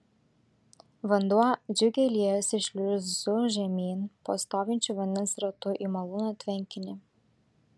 vanduo džiugiai liejosi šliuzu žemyn po stovinčiu vandens ratu į malūno tvenkinį